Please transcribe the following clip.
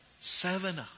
Seven